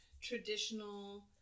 traditional